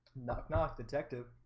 knock knock detective